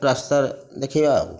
ରାସ୍ତା ଦେଖାଇବା ଆଉ